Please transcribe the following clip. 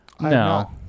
No